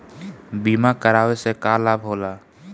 बीमा करावे से का लाभ होला?